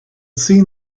seen